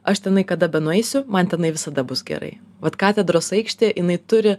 aš tenai kada benueisiu man tenai visada bus gerai vat katedros aikštė jinai turi